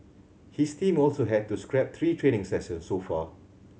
his team also had to scrap three training sessions so far